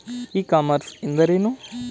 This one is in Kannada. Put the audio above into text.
ಇ ಕಾಮರ್ಸ್ ಎಂದರೇನು?